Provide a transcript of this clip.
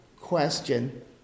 question